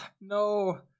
no